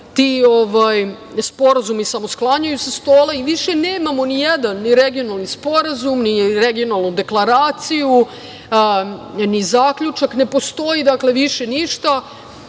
ti, sporazumi samo sklanjaju sa stola i više nemamo nijedan ni regionalni sporazum, ni regionalnu deklaraciju, ni zaključak. Ne postoji, dakle, više